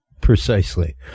precisely